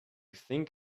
think